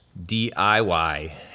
DIY